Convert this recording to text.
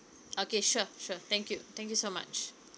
okay sure sure thank you thank you so much